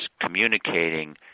communicating